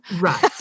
right